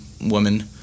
woman